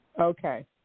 Okay